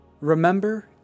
Remember